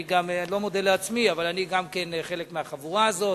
אני לא מודה לעצמי, אבל גם אני חלק מהחבורה הזאת.